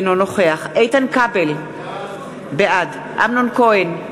אינו נוכח איתן כבל, בעד אמנון כהן,